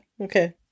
Okay